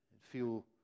feel